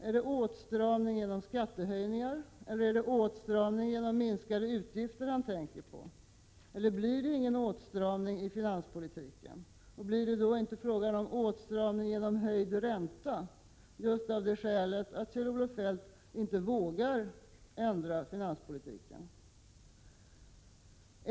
Är det åtstramning genom skattehöjningar eller är det åtstramning genom minskade utgifter som finansministern tänker på? Blir det ingen åtstramning i finanspolitiken? Blir det då inte fråga om en åtstramning genom höjd ränta just av skälet att finansministern inte vågar ändra finanspolitiken?